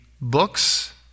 books